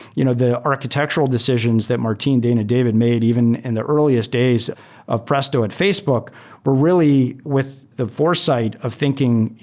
you know the architectural decisions that martin, dain and david made even in the earliest days of presto at facebook were really with the foresight of thinking,